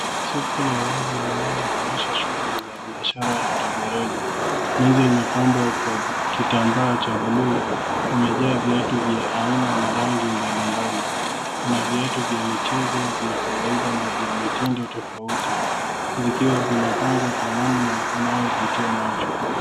Soko la wazi linaloonyesha shughuli ya biashara ya rejareja. Meza imepambwa kwa vitambaa vya buluu. Imejaa viatu vya aina na rangi mbalimbali. Kuna viatu vya michezo vya kawaida na vya mitindo tofauti vikiwa vimepangwa kwa namna inayovutia macho.